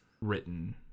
written